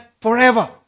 forever